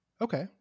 Okay